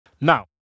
Now